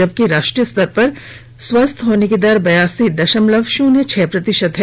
जबकि राष्ट्रीय स्तर पर स्वस्थ होने की दर बयासी दशमलव शून्य छह प्रतिशत है